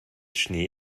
schnee